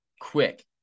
quick